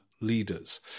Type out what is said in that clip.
leaders